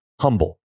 humble